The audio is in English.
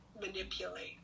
manipulate